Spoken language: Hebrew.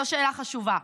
זו שאלה חשובה.